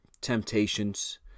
temptations